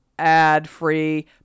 ad-free